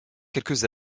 quelques